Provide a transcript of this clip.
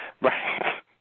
Right